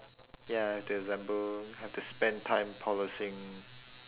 ya have to assemble have to spend time polishing